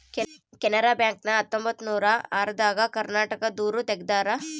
Canara bank ನ ಹತ್ತೊಂಬತ್ತನೂರ ಆರ ದಾಗ ಕರ್ನಾಟಕ ದೂರು ತೆಗ್ದಾರ